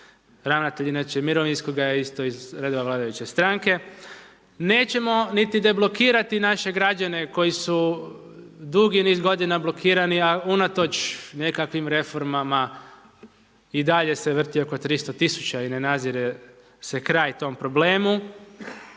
Ravnatelj inače mirovinskoga je isto iz redova vladajuće stranke. Nećemo niti deblokirati naše građane koji su dugi niz godina blokirani a unatoč nekakvim reformama i dalje se vrti oko 300 000 i ne nazire se kraj tom problemu.